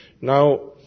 Now